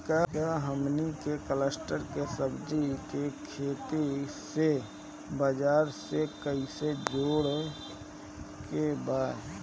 का हमनी के कलस्टर में सब्जी के खेती से बाजार से कैसे जोड़ें के बा?